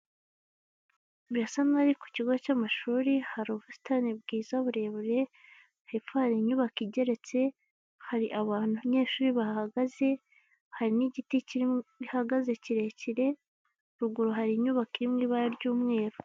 Birasa nkaho ari ku kigo cy'amashuri, hari ubusitani bwiza burebure, hepfo hari inyubako igeretse, hari abantu, abanyeshuri bahagaze, hari n'igiti kihagaze kirekire, ruguru hari inyubako iri mu ibara ry'umweru.